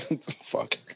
Fuck